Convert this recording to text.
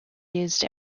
used